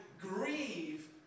grieve